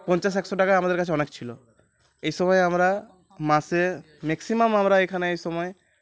পঞ্চাশ একশো টাকা আমাদের কাছে অনেক ছিল এই সময় আমরা মাসে ম্যাক্সিমাম আমরা এখানে এই সময়